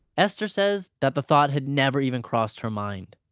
esther says that the thought had never even crossed her mind.